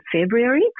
February